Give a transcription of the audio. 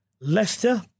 Leicester